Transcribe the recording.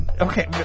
Okay